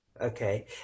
Okay